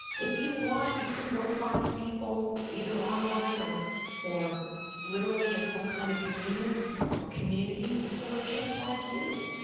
if you want, you can go find people, either online or or literally in some kind of communion or community, who are just like you.